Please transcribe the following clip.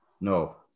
No